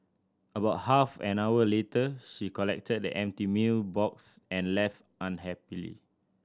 about half an hour later she collected the empty meal box and left unhappily